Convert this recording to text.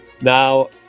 now